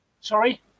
Sorry